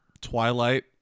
twilight